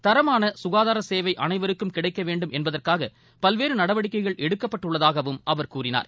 தரமான சுகாதார சேவை அனைவருக்கு கிடைக்க வேண்டும் என்பதற்காக பல்வேறு நடவடிக்கைகள் எடுக்கப்பட்டுள்ளதாகவும் அவர் கூறினார்